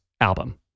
album